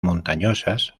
montañosas